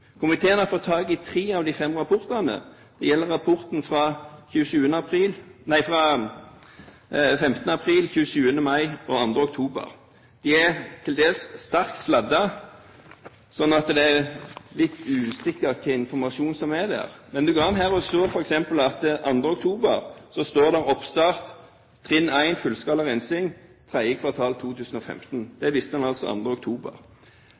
Komiteen har fått tak i tre av de fem rapportene. Det gjelder rapporten fra 15. april, 27. mai og 2. oktober. De er til dels sterkt sladdet, slik at det er litt usikkert hva slags informasjon som er der. Men det går an her å se at det f.eks. den 2. oktober står om oppstart trinn 1 fullskala rensing tredje kvartal 2015. Det visste en altså den 2. oktober.